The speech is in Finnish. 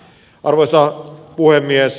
arvoisa puhemies